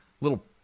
little